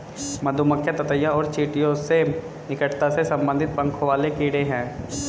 मधुमक्खियां ततैया और चींटियों से निकटता से संबंधित पंखों वाले कीड़े हैं